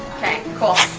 okay cool.